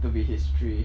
it'll be history